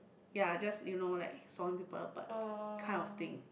ya just you know like sawing people apart kind of thing